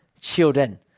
children